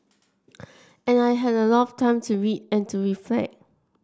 and I had a lot of time to read and to reflect